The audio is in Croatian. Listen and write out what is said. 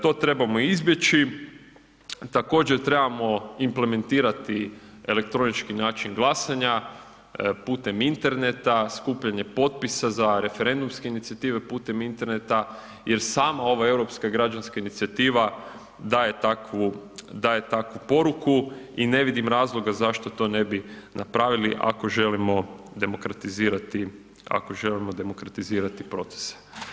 To trebamo izbjeći, također trebamo implementirati elektronički način glasanja putem interneta, skupljanje potpisa za referendumske inicijative putem interneta jer sama ova europska građanska inicijativa daje takvu poruku i ne vidim razloga zašto to ne bi napravili ako želimo demokratizirati procese.